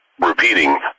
repeating